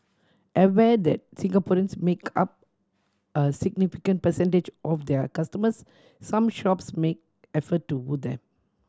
aware that Singaporeans make up a significant percentage of their customers some shops make effort to woo them